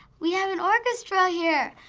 we have an orchestra here.